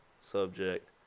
subject